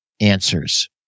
answers